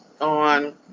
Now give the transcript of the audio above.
on